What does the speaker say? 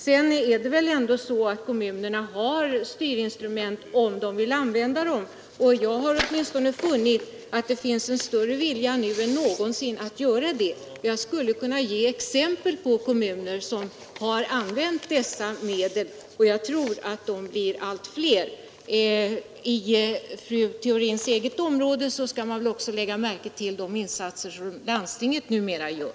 Det är väl ändå så att kommunerna har styrinstrument, om de vill använda dem. Och jag har åtminstone funnit att det finns en större vilja nu än någonsin tidigare att göra det. Jag skulle kunna ge exempel på kommuner som har använt dessa medel, och jag tror att de blir allt fler. I fru Theorins eget område skall man väl också lägga märke till de insatser som landstinget numera gör.